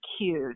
cues